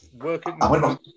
Working